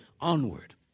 onward